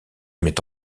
met